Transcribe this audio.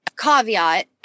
Caveat